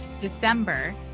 December